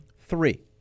three